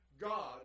God